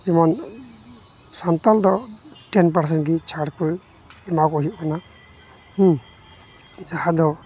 ᱡᱮᱢᱚᱱ ᱥᱟᱱᱛᱟᱞᱫᱚ ᱴᱮᱹᱱ ᱯᱟᱨᱥᱮᱱᱜᱮ ᱪᱷᱟᱲᱠᱚ ᱮᱢᱟᱠᱚ ᱦᱩᱭᱩᱜ ᱠᱟᱱᱟ ᱡᱟᱦᱟᱸ ᱫᱚ